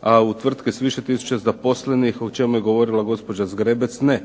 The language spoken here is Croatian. a u tvrtke sa više tisuća zaposlenih o čemu je govorila gospođa Zgrebec ne.